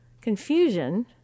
Confusion